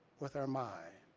with our mind.